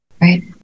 Right